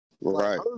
Right